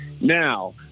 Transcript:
Now